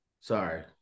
Sorry